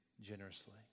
generously